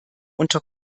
unter